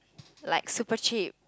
like super cheap